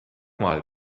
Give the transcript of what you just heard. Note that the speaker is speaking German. mal